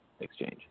exchange